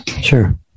Sure